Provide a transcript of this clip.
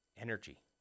energy